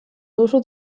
duzu